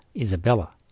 Isabella